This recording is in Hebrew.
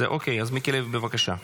אוקיי, מיקי לוי בבקשה.